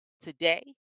today